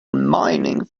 mining